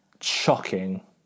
shocking